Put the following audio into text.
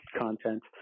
content